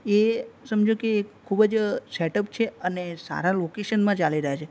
એ સમજો કે એક ખૂબ જ સેટ અપ છે અને સારા લોકેશનમાં ચાલી રહ્યા છે